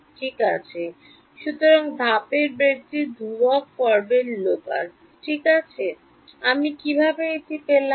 ঠিক আছে সুতরাং ধাপের বেগটি ধ্রুবক পর্বের লোকস ঠিক আমি কীভাবে এটি পেলাম